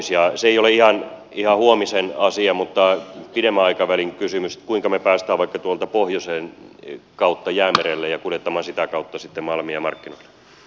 se ei ole ihan huomisen asia mutta pidemmän aikavälin kysymys kuinka me pääsemme vaikka tuolta pohjoisen kautta jäämerelle ja kuljettamaan sitä kautta sitten malmia markkinoille